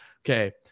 Okay